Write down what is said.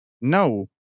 no